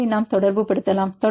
எனவே நாம் தொடர்புபடுத்தலாம்